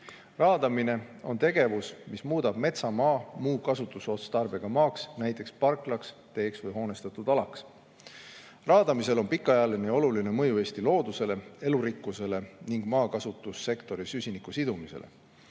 Raadamine on tegevus, mis muudab metsamaa muu kasutusotstarbega maaks, näiteks parklaks, teeks või hoonestatud alaks. Raadamisel on pikaajaline ja oluline mõju Eesti loodusele, elurikkusele ning maakasutussektori süsinikusidumisele.